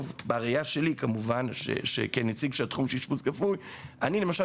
בראייה שלי -- כנציג של תחום האשפוז הכפוי אני למשל